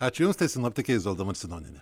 ačiū jums tai sinoptikė izolda marcinonienė